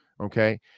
okay